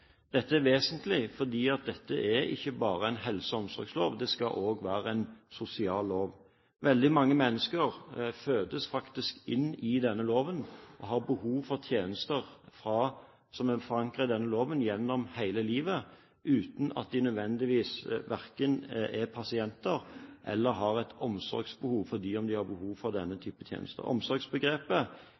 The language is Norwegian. dette ikke bare er en helse- og omsorgslov, det skal også være en sosiallov. Veldig mange mennesker fødes faktisk inn i denne loven og har gjennom hele livet behov for tjenester som er forankret i den – uten at de nødvendigvis er verken pasienter eller har et omsorgsbehov, selv om de har behov for denne type tjenester. Omsorgsbegrepet